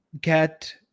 get